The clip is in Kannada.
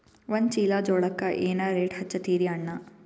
ಒಂದ ಚೀಲಾ ಜೋಳಕ್ಕ ಏನ ರೇಟ್ ಹಚ್ಚತೀರಿ ಅಣ್ಣಾ?